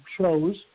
shows